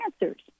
Answers